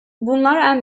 bunlar